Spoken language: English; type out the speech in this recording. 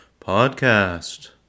Podcast